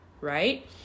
right